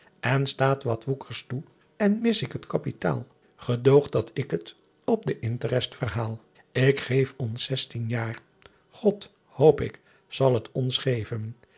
n staet wat woeckers toe en mis ick t apitael edooght dat ick het op den interest verhael ck geef ons sestien jaer od hoop ick sal s ons geven